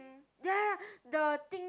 ya ya the thing